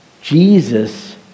Jesus